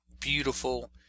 beautiful